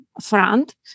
front